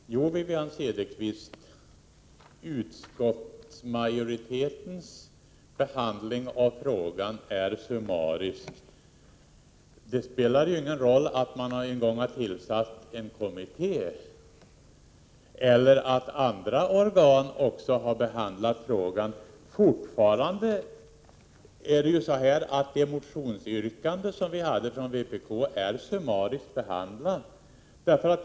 Fru talman! Jo, Wivi-Anne Cederqvist, utskottsmajoritetens behandling av frågan är summarisk. Det spelar ingen roll att man en gång har tillsatt en kommitté eller att andra organ också har behandlat frågan. Fortfarande är vpk:s motionsyrkande summariskt behandlat.